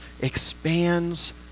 expands